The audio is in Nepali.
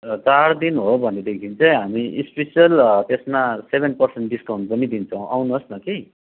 र चार दिन हो भनेदेखि चाहिँ हामी स्पेसियल त्यसमा सेभेन पर्सेन्ट डिस्काउन्ट पनि दिन्छौँ आउनु होस् न कि